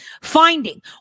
finding